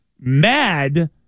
mad